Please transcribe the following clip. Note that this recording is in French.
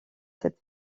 cette